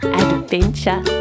adventure